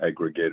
aggregator